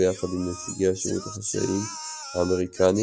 ביחד עם נציגי השירותים החשאיים האמריקנים,